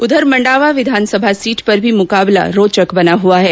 उधर मंडावा विधानसभा सीट पर भी मुकाबला रोचक बना हुआ है